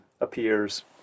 appears